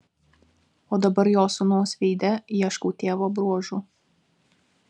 o dabar jo sūnaus veide ieškau tėvo bruožų